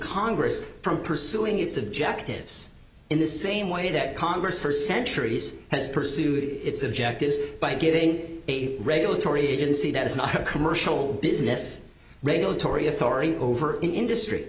congress from pursuing its objectives in the same way that congress for centuries has pursued its objectives by giving a regulatory agency that is not a commercial business regulatory authority over an industry